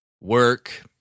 Work